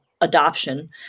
adoption